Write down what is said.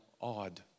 odd